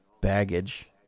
baggage